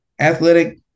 athletic